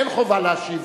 אין חובה להשיב,